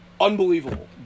unbelievable